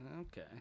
Okay